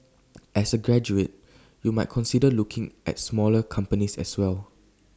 as A graduate you might consider looking at smaller companies as well